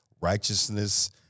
righteousness